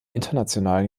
internationalen